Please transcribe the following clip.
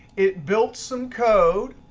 it built some code.